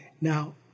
Now